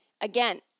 Again